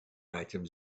item